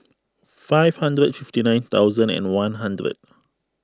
five hundred fifty nine thousand and one hundred